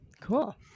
cool